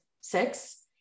six